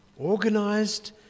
organised